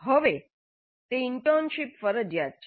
હવે તે મેં કહ્યું તેમ ઇન્ટર્નશીપ ફરજિયાત છે